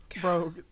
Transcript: Bro